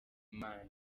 mana